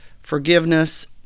forgiveness